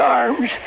arms